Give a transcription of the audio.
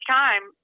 time